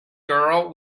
girl